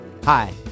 Hi